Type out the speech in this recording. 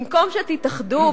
במקום שתתאחדו,